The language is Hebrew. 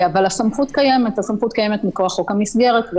אבל הסמכות קיימת מכוח חוק המסגרת,